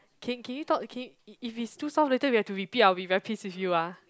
can can you talk can y~ if it's too soft later we have to repeat I will be very pissed with you ah